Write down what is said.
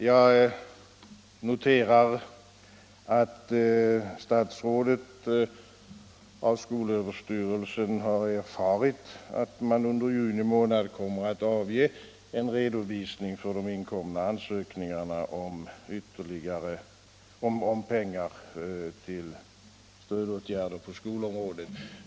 Jag noterar att statsrådet av skolöverstyrelsen har erfarit att man under juni månad kommer att avge en redovisning för de inkomna ansökningarna om pengar till stödåtgärder på skolområdet.